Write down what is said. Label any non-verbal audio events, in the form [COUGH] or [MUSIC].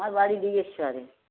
আমার বাড়ি [UNINTELLIGIBLE]